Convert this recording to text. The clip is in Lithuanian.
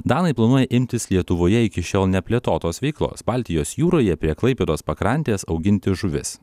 danai planuoja imtis lietuvoje iki šiol neplėtotos veiklos baltijos jūroje prie klaipėdos pakrantės auginti žuvis